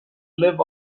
live